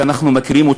שאנחנו מכירים,